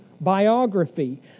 biography